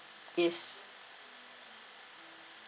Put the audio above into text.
yes